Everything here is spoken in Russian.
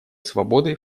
свободы